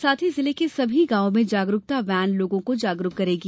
साथ ही जिले के सभी गांवों में जागरूकता वैन लोगों को जागरूक करेगी